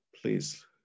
please